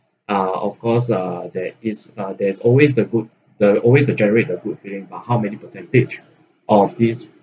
uh of course uh that is a there's always the good there is always the generate the good thing but how many percentage of this